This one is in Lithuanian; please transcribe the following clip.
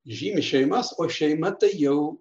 žymi šeimas o šeima tai jau